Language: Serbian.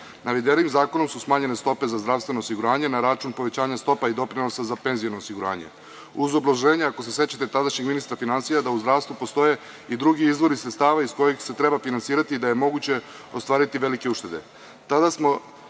Navedenim zakonom su smanjene stope za zdravstveno osiguranje na račun povećanja stopa i doprinosa za penziono osiguranje, uz obrazloženje ako se sećate tadašnjeg ministra finansija da u zdravstvu postoje i drugi izvori sredstava iz kojeg se treba finansirati da je moguće ostvariti velike uštede.